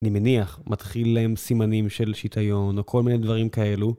אני מניח מתחיל להם סימנים של שיטיון או כל מיני דברים כאלו.